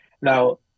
Now